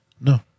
No